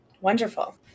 wonderful